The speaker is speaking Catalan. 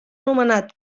nomenat